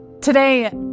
Today